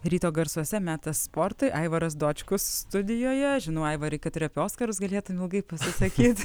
ryto garsuose metas sportui aivaras dočkus studijoje žinau aivarai kad ir apie oskarus galėtum ilgai pasisakyt